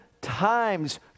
times